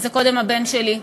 אז קודם הבן שלי,